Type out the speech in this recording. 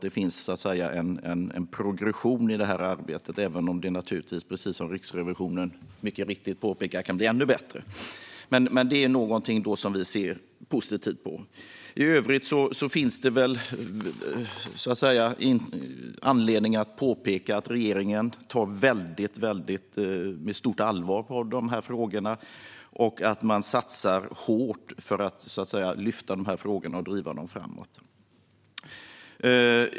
Det finns en progression i det arbetet, även om det naturligtvis, precis som Riksrevisionen mycket riktigt påpekar, kan bli ännu bättre. Men det är något som vi ser positivt på. Det finns anledning att påpeka att regeringen tar de här frågorna på väldigt stort allvar. Man satsar hårt för att lyfta upp frågorna och driva dem framåt.